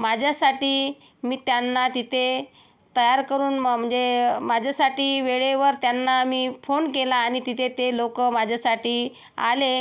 माझ्यासाठी मी त्यांना तिथे तयार करून म्ह म्हणजे माझ्यासाठी वेळेवर त्यांना मी फोन केला आणि तिथे ते लोकं माझ्यासाठी आले